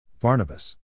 Barnabas